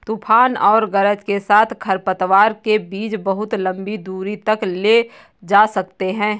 तूफान और गरज के साथ खरपतवार के बीज बहुत लंबी दूरी तक ले जा सकते हैं